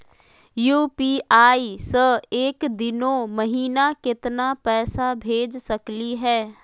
UPI स एक दिनो महिना केतना पैसा भेज सकली हे?